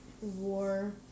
war